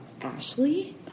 Ashley